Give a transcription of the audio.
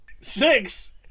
Six